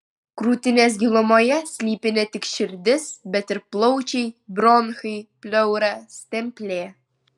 krūtinės gilumoje slypi ne tik širdis bet ir plaučiai bronchai pleura stemplė